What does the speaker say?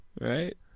Right